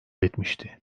etmişti